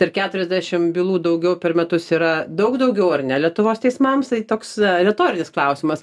per keturiasdešim bylų daugiau per metus yra daug daugiau ar ne lietuvos teismams tai toks retorinis klausimas